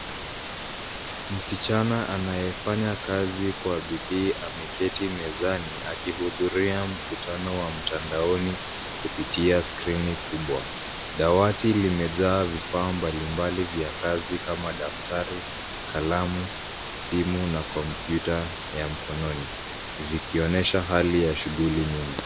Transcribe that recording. Msichana anaye fanya kazi kwa bidii ameketi mezani akihudhuria mkutano wa mtandaoni kupitia skrini kubwa. Dawati limejaa vifaa mbalimbali vya kazi kama daftari, kalamu, simu na kompyuta ya mkononi, vikionyesha hali ya shughuli nyingi.